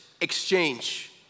exchange